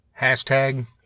hashtag